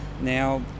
Now